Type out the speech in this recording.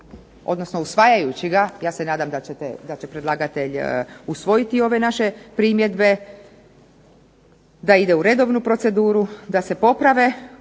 odnosno usvajajući ga ja se nadam da će predlagatelj usvojiti ove naše primjedbe da ide u redovnu proceduru, da se poprave